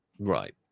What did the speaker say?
Right